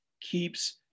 keeps